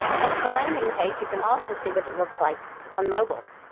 now with the landing page, you can also see what it looks like on mobile.